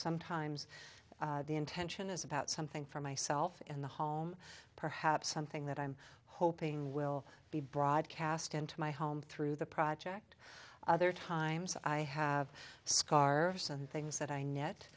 sometimes the intention is about something for myself and the home perhaps something that i'm hoping will be broadcast into my home through the project other times i have scarves and things that i net